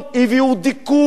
הביאו דיכוי,